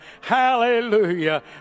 Hallelujah